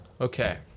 Okay